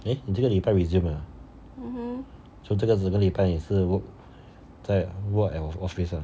eh 你这个礼拜笔记本 resume 了 ah so 这整个礼拜你是 work 在 work at office ah